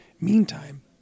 Meantime